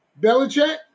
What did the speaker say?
Belichick